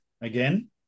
again